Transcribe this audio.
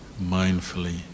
mindfully